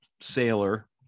sailor